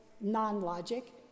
non-logic